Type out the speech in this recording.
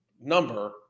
number